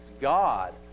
God